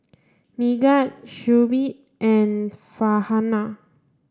Megat Shuib and Farhanah